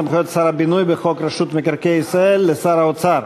סמכויות שר הבינוי בחוק רשות מקרקעי ישראל לשר האוצר.